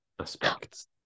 aspects